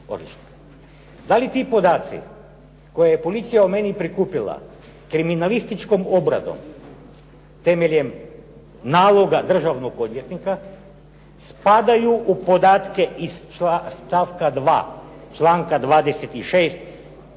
Da li ti podaci koje je policija o meni prikupila kriminalističkom obradom temeljem naloga državnog odvjetnika spadaju u podatke iz stavka 2. članka 26. podaci